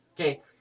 Okay